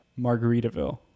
margaritaville